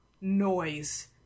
noise